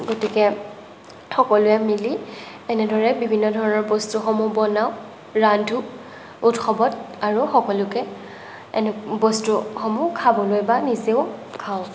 গতিকে সকলোৱে মিলি এনেদৰে বিভিন্ন ধৰণৰ বস্তুসমূহ বনাওঁ ৰান্ধোঁ উৎসৱত আৰু সকলোকে এনে বস্তুসমূহ খাবলৈ বা নিজেও খাওঁ